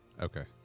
Okay